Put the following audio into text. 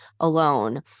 alone